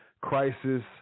crisis